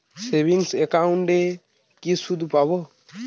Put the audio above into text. Savings একাউন্টে কি সুদ পাব?